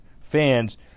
fans